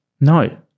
No